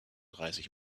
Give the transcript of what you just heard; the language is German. dreißig